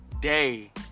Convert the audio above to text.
day